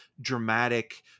dramatic